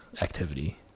activity